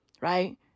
Right